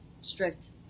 strict